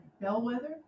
Bellwether